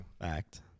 Fact